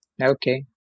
Okay